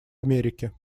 америке